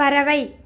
பறவை